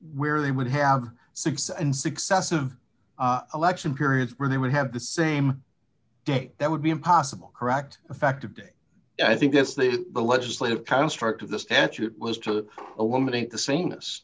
they would have six and successive election periods where they would have the same day that would be impossible correct effective day i think that's the legislative construct of the statute was to eliminate the same